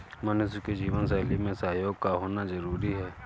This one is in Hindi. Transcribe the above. मनुष्य की जीवन शैली में सहयोग का होना जरुरी है